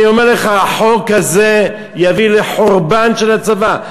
אני אומר לך: החוק הזה יביא לחורבן של הצבא.